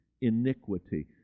iniquity